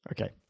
Okay